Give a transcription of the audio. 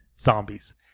zombies